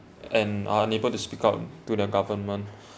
and are unable to speak out to their government